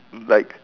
like